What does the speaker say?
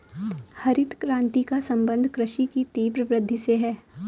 हरित क्रान्ति का सम्बन्ध कृषि की तीव्र वृद्धि से है